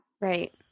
Right